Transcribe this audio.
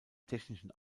technischen